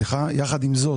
יחד עם זאת